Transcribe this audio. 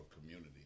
community